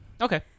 Okay